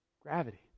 gravity